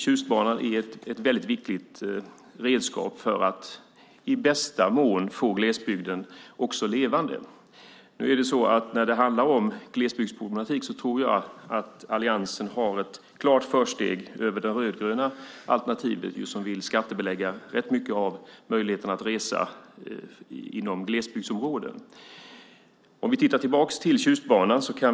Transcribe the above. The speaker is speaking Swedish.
Tjustbanan är ett väldigt viktigt redskap för att i bästa mån få glesbygden levande. När det handlar om glesbygdsproblem tror jag att Alliansen har ett klart försteg över det rödgröna alternativet som vill skattebelägga rätt mycket av möjligheterna att resa inom glesbygdsområdena. Låt oss gå tillbaka till Tjustbanan.